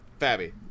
Fabby